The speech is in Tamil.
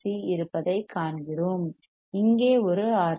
சி RC இருப்பதைக் காண்கிறோம் இங்கே ஒரு ஆர்